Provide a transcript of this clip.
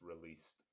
released